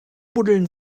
buddeln